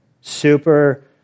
super